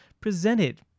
presented